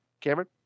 Cameron